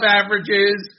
averages